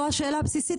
זאת השאלה הבסיסית,